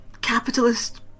capitalist